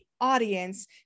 audience